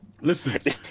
Listen